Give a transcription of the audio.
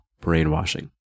brainwashing